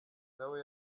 nawe